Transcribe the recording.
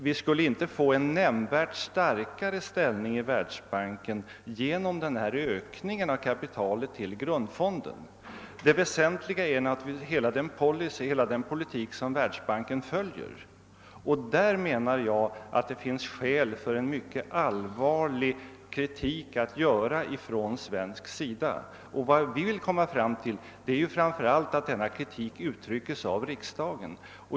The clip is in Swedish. Vi skulle inte få en nämnvärt starkare ställning i världsbanken genom den föreslagna ökningen av kapitalandelen i grundfonden. Det väsentliga är naturligtvis hela den politik som världsbanken driver, och på den punkten menar jag att det finns skäl att från svensk sida föra fram en mycket allvarlig kritik... Vad vi vill komma fram till är framför allt att denna kritik uttrycks av riksdagen.